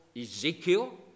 Ezekiel